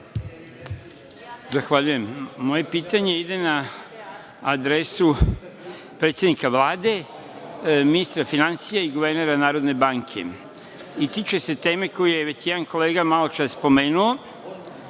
Zahvaljujem. Moje pitanje ide na adresu predsednika Vlade, ministra finansija i guvernera Narodne banke i tiče se teme koju je već jedan kolega maločas pomenuo,